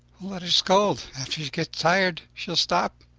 let her scold. after she gets tired, she will stop,